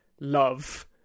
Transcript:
love